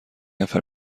نفر